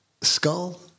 Skull